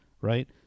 right